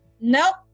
nope